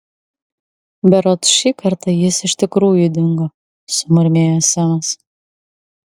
berods šį kartą jis iš tikrųjų dingo sumurmėjo semas